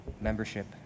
membership